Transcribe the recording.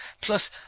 plus